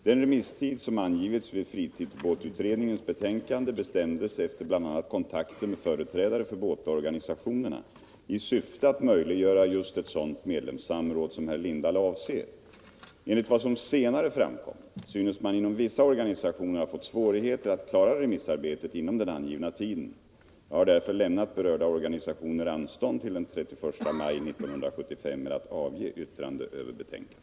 Den remisstid som angivits för fritidsbåtutredningens betänkande bestämdes efter bl.a. kontakter med företrädare för båtorganisationerna i syfte att möjliggöra just ett sådant medlemssamråd som herr Lindahl avser. Enligt vad som senare framkommit synes man inom vissa organisationer ha fått svårigheter att klara remissarbetet inom den angivna tiden. Jag har därför lämnat berörda organisationer anstånd till den 31 maj 1975 med att avge yttrande över betänkandet.